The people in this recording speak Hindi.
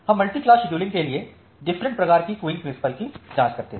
हम मल्टीक्लास शेड्यूलिंग के लिए डिफरेंट प्रकार के क्यूइंग प्रिन्सिपिल की जांच करते हैं